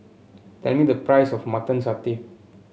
tell me the price of Mutton Satay